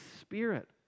Spirit